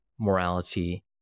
morality